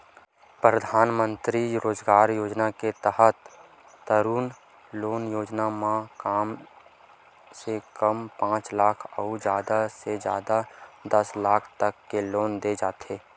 परधानमंतरी रोजगार योजना के तहत तरून लोन योजना म कम से कम पांच लाख अउ जादा ले जादा दस लाख तक के लोन दे जाथे